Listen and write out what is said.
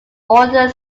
order